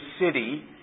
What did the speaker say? city